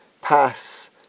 pass